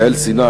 יעל סיני,